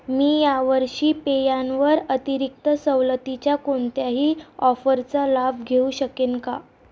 मी या वर्षी पेयांवर अतिरिक्त सवलतीच्या कोणत्याही ऑफरचा लाभ घेऊ शकेन का